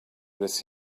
this